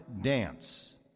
dance